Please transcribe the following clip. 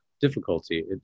difficulty